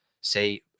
say